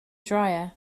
dryer